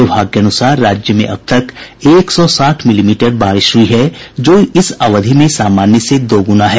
विभाग के अनुसार राज्य में अब तक एक सौ साठ मिलीमीटर बारिश हुयी है जो इस अवधि में सामान्य से दोगुना है